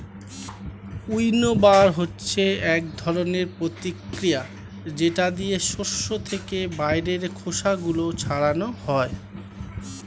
উইন্নবার হচ্ছে এক ধরনের প্রতিক্রিয়া যেটা দিয়ে শস্য থেকে বাইরের খোসা গুলো ছাড়ানো হয়